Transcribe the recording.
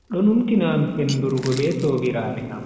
Do numtina am sendurgo be sobiraabe am.